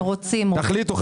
תחליטו,